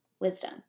wisdom